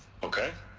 okay.